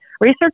Research